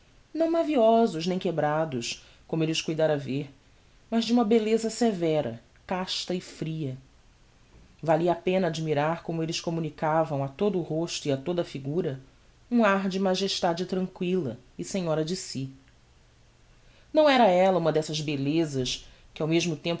não maviosos nem quebrados como elle os cuidara ver mas de uma belleza severa casta e fria valia a pena admirar como elles communicavam a todo o rosto e o toda a figura um ar de magestade tranquilla e senhora de si não era ella uma dessas bellezas que ao mesmo